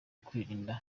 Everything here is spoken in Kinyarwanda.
kwirinda